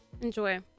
enjoy